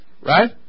Right